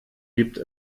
gibt